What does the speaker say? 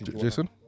Jason